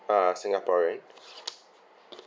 uh singaporean